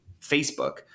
Facebook